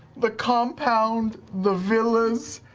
the compound, the villas,